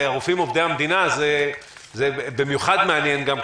והרופאים עובדי המדינה זה במיוחד מעניין גם,